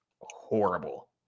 horrible